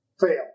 Fail